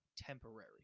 Temporary